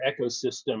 ecosystem